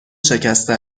شکسته